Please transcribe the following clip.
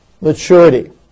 maturity